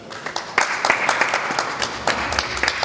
Hvala,